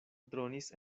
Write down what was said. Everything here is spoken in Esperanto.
dronis